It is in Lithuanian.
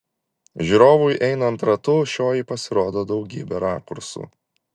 žiūrovui einant ratu šioji pasirodo daugybe rakursų